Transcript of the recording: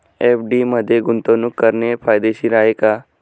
FD मध्ये गुंतवणूक करणे फायदेशीर आहे का?